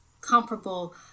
comparable